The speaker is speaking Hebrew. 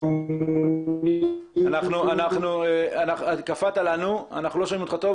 להם אנחנו נדרשים ואנחנו מקפידים עליהם.